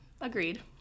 Agreed